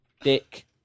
Dick